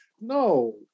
No